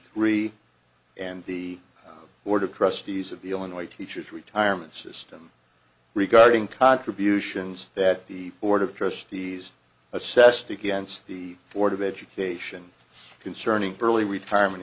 three and the board of trustees of the illinois teachers retirement system regarding contributions that the board of trustees assessed against the ford of education concerning early retirement